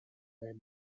their